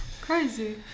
crazy